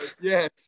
Yes